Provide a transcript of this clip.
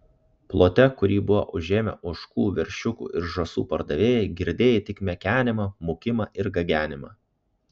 plote kurį buvo užėmę ožkų veršiukų ir žąsų pardavėjai girdėjai tik mekenimą mūkimą ir gagenimą